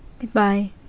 Goodbye